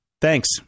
thanks